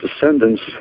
descendants